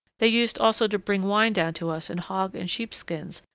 they used also to bring wine down to us in hog and sheep skins,